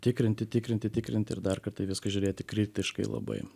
tikrinti tikrinti tikrinti ir dar kartą į viską žiūrėti kritiškai labai